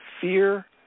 Fear